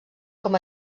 com